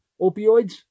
Opioids